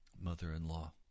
mother-in-law